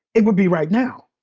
it would be right now.